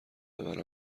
ببرم